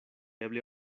eble